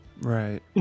right